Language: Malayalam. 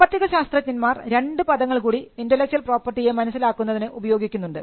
സാമ്പത്തിക ശാസ്ത്രജ്ഞന്മാർ രണ്ടു പദങ്ങൾ കൂടി ഇന്റെലക്ച്വൽ പ്രോപ്പർട്ടിയെ മനസ്സിലാക്കുന്നതിന് ഉപയോഗിക്കുന്നുണ്ട്